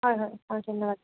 হয় হয় হয় ধন্যবাদ